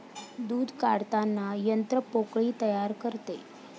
दूध काढताना यंत्र पोकळी तयार करते